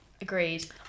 agreed